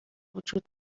وجود